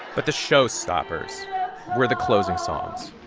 but the showstoppers were the closing songs